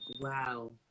wow